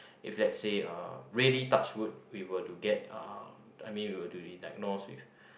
if let say uh really touch wood we were to get uh I mean we were to diagnose with